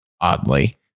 oddly